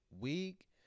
week